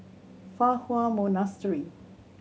Fa Hua Monastery